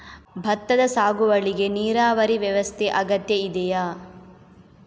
ಭತ್ತದ ಸಾಗುವಳಿಗೆ ನೀರಾವರಿ ವ್ಯವಸ್ಥೆ ಅಗತ್ಯ ಇದೆಯಾ?